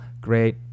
great